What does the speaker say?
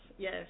Yes